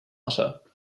mater